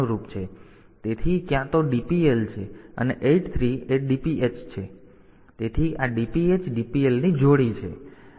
તેથી ક્યાં તો DPL છે અને 8 3 એ DPH છે તેથી આ DPH DPL જોડી છે